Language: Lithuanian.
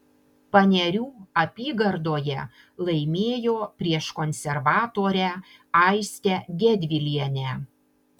panerių apygardoje laimėjo prieš konservatorę aistę gedvilienę